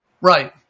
Right